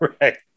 Right